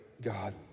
God